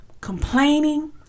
complaining